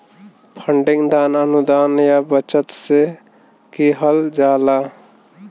funding दान, अनुदान या बचत से किहल जाला